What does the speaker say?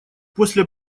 после